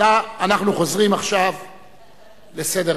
אנחנו חוזרים עכשיו לסדר-היום.